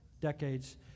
decades